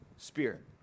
spirit